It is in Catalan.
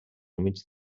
humits